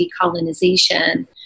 decolonization